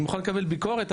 אני מוכן לקבל ביקורת,